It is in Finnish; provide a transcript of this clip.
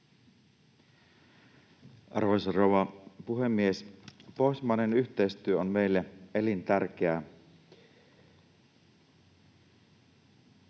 Arvoisa rouva puhemies! Pohjoismainen yhteistyö on meille elintärkeää.